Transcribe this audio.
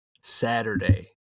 Saturday